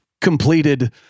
completed